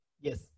Yes